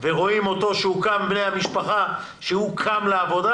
ורואים בני המשפחה שהוא קם לעבודה